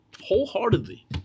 Wholeheartedly